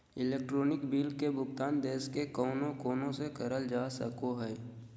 electronic bill के भुगतान देश के कउनो कोना से करल जा सको हय